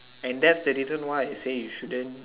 then that's the reason why I say you shouldn't